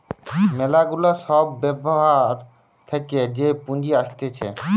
ম্যালা গুলা সব ব্যাপার থাকে যে পুঁজি আসতিছে